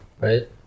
Right